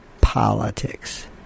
politics